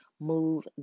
move